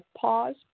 pause